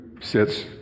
sits